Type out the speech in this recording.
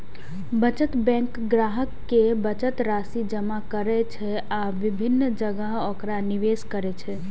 बचत बैंक ग्राहक के बचत राशि जमा करै छै आ विभिन्न जगह ओकरा निवेश करै छै